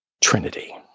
Trinity